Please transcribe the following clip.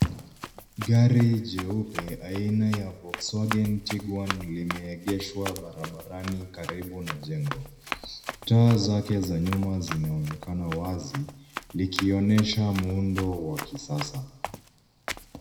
Gari jeupe aina ya Volkswaten Tiguan limeegeshwa barabarani karibu na jengo. Taa zake za nyuma zinaonekana wazi, likionyesha muundo wa kisasa.